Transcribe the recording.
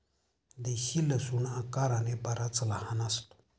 देशी लसूण आकाराने बराच लहान असतो